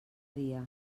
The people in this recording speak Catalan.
dia